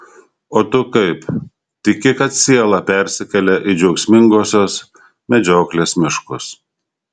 o tu kaip tiki kad siela persikelia į džiaugsmingosios medžioklės miškus